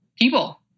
people